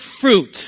fruit